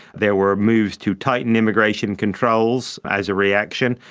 there were moves to tighten immigration controls as a reaction,